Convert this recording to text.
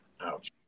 ouch